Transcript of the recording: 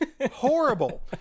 horrible